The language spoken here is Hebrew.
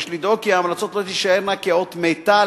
יש לדאוג כי ההמלצות לא תישארנה כאות מתה,